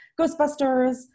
Ghostbusters